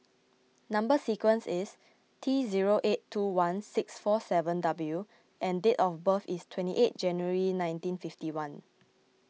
Number Sequence is T zero eight two one six four seven W and date of birth is twenty eight January nineteen fifty one